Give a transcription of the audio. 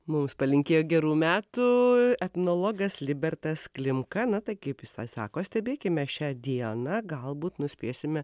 mums palinkėjo gerų metų etnologas libertas klimka na tai kaip jisai sako stebėkime šią dieną galbūt nuspėsime